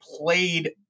played